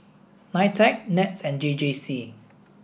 NITEC NETS and J J C